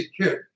kid